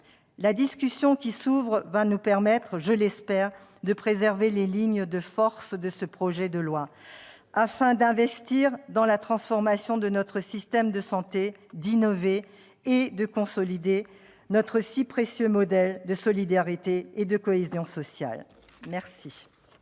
La discussion qui s'ouvre nous permettra, je l'espère, de préserver les lignes de force de ce projet de loi de financement de la sécurité sociale, afin d'investir dans la transformation de notre système de santé, d'innover et de consolider notre si précieux modèle de solidarité et de cohésion sociale. La